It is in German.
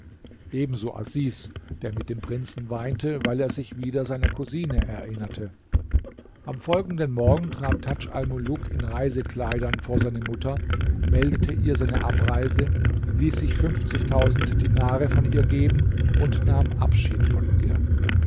ebenso asis der mit dem prinzen weinte weil er sich wieder seiner cousine erinnerte am folgenden morgen trat tadj almuluk in reisekleidern vor seine mutter meldete ihr seine abreise ließ sich fünfzigtausend dinare von ihr geben und nahm abschied von ihr